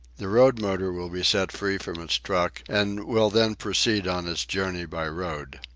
the road-motor will be set free from its truck and will then proceed on its journey by road.